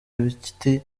ibiti